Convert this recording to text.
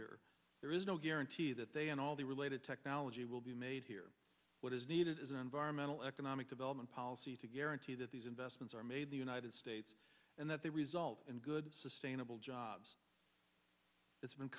here there is no guarantee that they and all the related technology will be made here what is needed is an environmental economic development policy to guarantee that these investments are made the united states and that they result in good sustainable jobs it's been